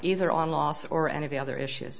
either on loss or any of the other issues